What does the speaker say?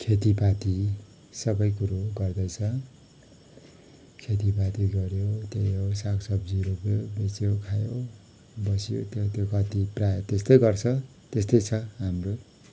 खेतीपाती सबैकुरो गर्दैछ खेतीपाती गऱ्यो त्यही हो साग सब्जी रोप्यो बेच्यो खायो बस्यो त्यो त्यो कति प्रायः त्यस्तै गर्छ त्यस्तै छ हाम्रो